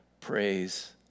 Praise